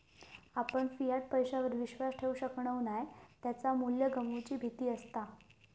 आपण फियाट पैशावर विश्वास ठेवु शकणव नाय त्याचा मू्ल्य गमवुची भीती असता